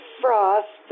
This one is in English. frost